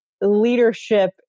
leadership